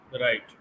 Right